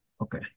Okay